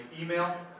email